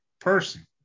person